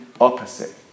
opposite